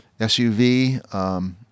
SUV